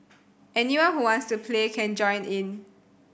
anyone who wants to play can join in